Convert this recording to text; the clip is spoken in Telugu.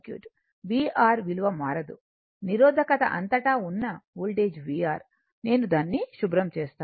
vR విలువ మారదు నిరోధకత అంతటా ఉన్న వోల్టేజ్ vR నేను దానిని శుభ్రం చేస్తాను